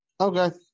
okay